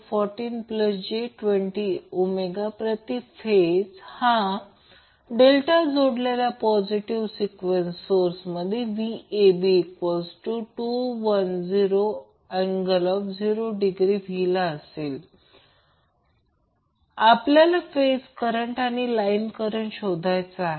40j25 प्रति phase हा delta जोडलेल्या positive sequence source Vab210∠0° V ला जोडलेला आहे आपल्याला फेज करंट आणि लाईन करंट शोधायचा आहे